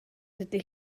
dydy